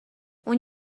اون